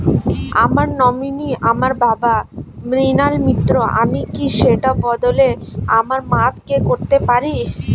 আমার নমিনি আমার বাবা, মৃণাল মিত্র, আমি কি সেটা বদলে আমার মা কে করতে পারি?